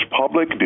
public